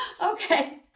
Okay